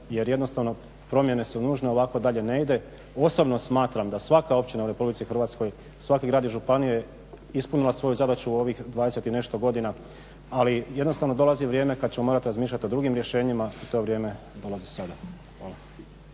jer jednostavno promjene su nužne. Ovako dalje ne ide. Osobno smatram da svaka općina u Republici Hrvatskoj, svaki grad i županija je ispunila svoju zadaću u ovih 20 i nešto godina. Ali jednostavno dolazi vrijeme kad ćemo morati razmišljati o drugim rješenjima i to vrijeme dolazi sada.